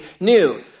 new